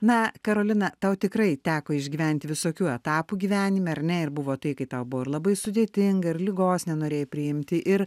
na karolina tau tikrai teko išgyventi visokių etapų gyvenime ar ne ir buvo tai kai tau buvo ir labai sudėtinga ir ligos nenorėjai priimti ir